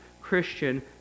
Christian